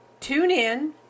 TuneIn